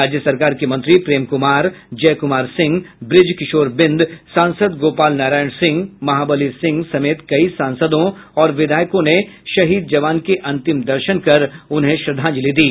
राज्य सरकार के मंत्री प्रेम कुमार जय कुमार सिंह बृज किशोर बिंद सांसद गोपाल नारायण सिंह महाबलि सिंह समेत कई सांसदों और विधायकों ने शहीद जवान के अंतिम दर्शन कर उन्हें श्रद्धांजलि दी